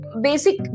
basic